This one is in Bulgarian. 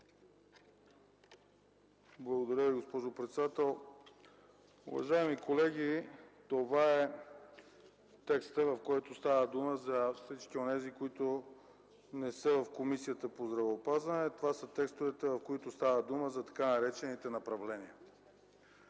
Благодаря Ви, госпожо председател. Уважаеми колеги, това е текстът, в който става дума за всички онези, които не са в Комисията по здравеопазването. Това са текстовете, в които става дума за така наречените направления.